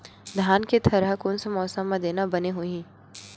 धान के थरहा कोन से मौसम म देना बने होही?